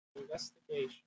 Investigation